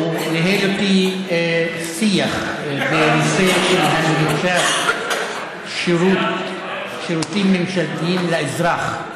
הוא ניהל איתי שיח בנושא של הנגשת שירותים ממשלתיים לאזרח,